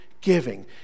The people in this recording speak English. giving